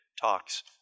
talks